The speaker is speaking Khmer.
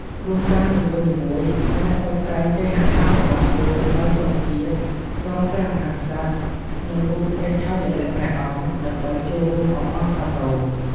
គ្រួសារនីមួយៗអាចតុបតែងគេហដ្ឋានរបស់ខ្លួនដោយទង់ជាតិ ទង់ព្រះមហាក្សត្រ និងរូបព្រះឆាយាល័ក្ខណ៍ព្រះអង្គ ដើម្បីចូលរួមអបអរសាទរ។